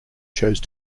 chose